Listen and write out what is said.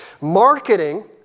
Marketing